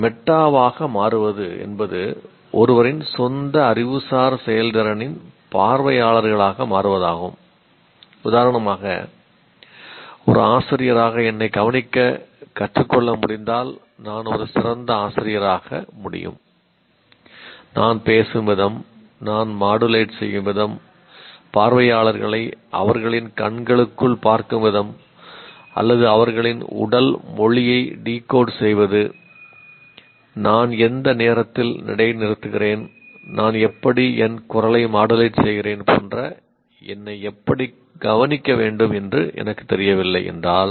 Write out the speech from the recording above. meta செய்கிறேன் போன்ற என்னை எப்படி கவனிக்க வேண்டும் என்று எனக்குத் தெரியவில்லை என்றால்